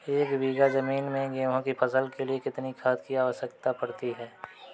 एक बीघा ज़मीन में गेहूँ की फसल के लिए कितनी खाद की आवश्यकता पड़ती है?